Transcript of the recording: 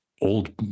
old